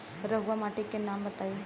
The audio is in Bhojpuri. रहुआ माटी के नाम बताई?